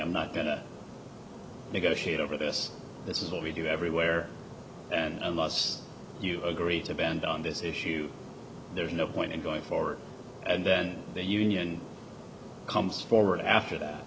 i'm not going to negotiate over this this is what we do everywhere and unless you agree to bend on this issue there's no point in going forward and then the union comes forward after that